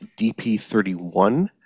dp31